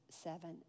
seven